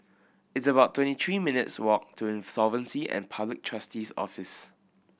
it's about twenty three minutes' walk to Insolvency and Public Trustee's Office